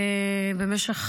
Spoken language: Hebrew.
ובמשך